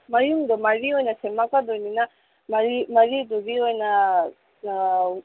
ꯃꯌꯨꯡꯗꯣ ꯃꯔꯤ ꯑꯣꯏꯅ ꯁꯦꯝꯃꯛꯀꯗꯣꯏꯅꯤꯅ ꯂꯥꯏꯔꯤꯛ ꯃꯔꯤꯗꯨꯒꯤ ꯑꯣꯏꯅ